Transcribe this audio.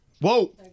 Whoa